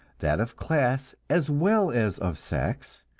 that of class as well as of sex,